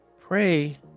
Pray